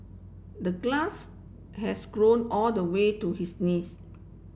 the glass has grown all the way to his knees